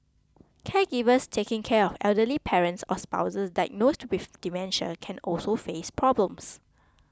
caregivers taking care of elderly parents or spouses diagnosed with dementia can also face problems